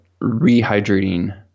rehydrating